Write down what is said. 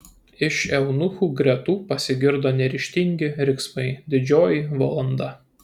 iš eunuchų gretų pasigirdo neryžtingi riksmai didžioji valanda